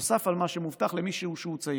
נוסף על מה שמובטח למי שהוא צעיר.